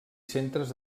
centres